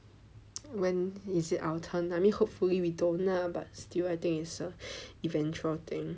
when is it our turn I mean hopefully we don't ah but still I think its a eventual thing